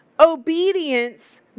obedience